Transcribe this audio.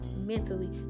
mentally